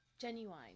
Genuine